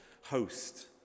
host